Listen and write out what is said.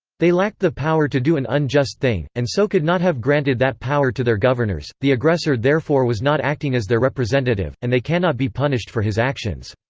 they lacked the power to do an unjust thing, and so could not have granted that power to their governors the aggressor therefore was not acting as their representative, and they cannot be punished for his actions.